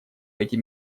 эти